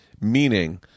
meaning